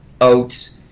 oats